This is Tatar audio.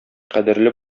кадерле